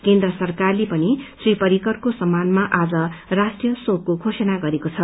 केन्द्र सरकारले पनि श्री पर्रिकरको सम्मानमा आज राष्ट्रीय शोकको घोषणा गरेको छ